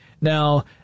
Now